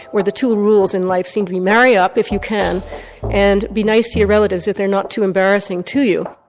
where the two rules in life seem to be marry up if you can and be nice to your relatives if they are not too embarrassing to you.